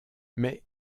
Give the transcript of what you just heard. mais